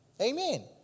Amen